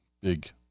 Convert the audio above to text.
big